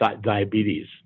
diabetes